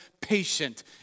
patient